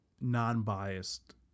non-biased